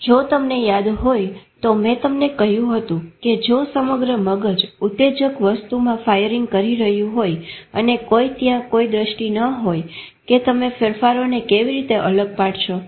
જો તમને યાદ હોય તો મેં તમને કહ્યું હતું કે જો સમગ્ર મગજ ઉતેજક વસ્તુમાં ફાયરીંગ કરી રહ્યું હોય અને કોઈ ત્યાં કોઈ દ્રષ્ટિ ન હોય કે તમે ફેરફારોને કેવી રીતે અલગ પાડશો